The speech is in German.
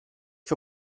für